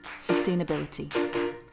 sustainability